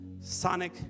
sonic